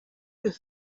could